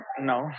No